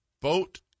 boat